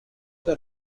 the